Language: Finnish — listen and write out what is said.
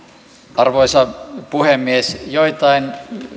arvoisa puhemies joitain